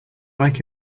like